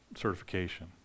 certification